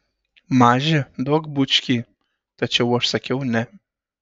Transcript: maži duok bučkį tačiau aš sakiau ne